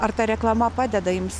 ar ta reklama padeda jums